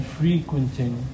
frequenting